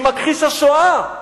עם מכחיש השואה.